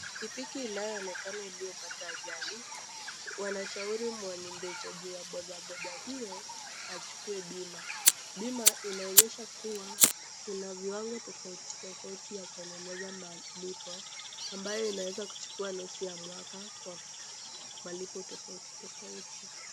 Pikipiki inayoonekana iliyopata ajali, wanashauri mwendeshaji wa bodaboda hiyo achukue bima. Bima inaonyesha kuwa kuna viwango tofauti tofauti ya kuendeleza malipo ambayo inaweza kuchukua nusu ya mwaka kwa malipo tofauti tofauti.